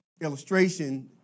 illustration